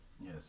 Yes